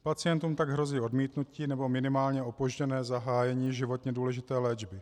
Pacientům tak hrozí odmítnutí nebo minimálně opožděné zahájení životně důležité léčby.